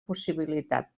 possibilitat